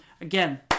Again